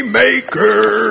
maker